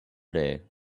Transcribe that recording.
day